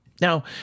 Now